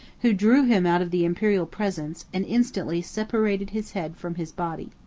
who drew him out of the imperial presence, and instantly separated his head from his body.